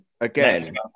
again